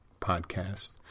podcast